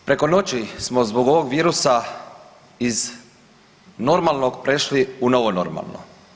Preko noći smo zbog ovog virusa iz normalnog prešli u novo normalno.